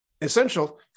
essential